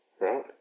right